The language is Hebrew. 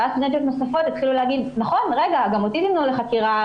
ואז סטודנטיות נוספות התחילו להגיד: גם אותי זימנו לחקירה,